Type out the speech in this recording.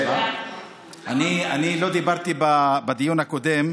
אני לא דיברתי בדיון הקודם,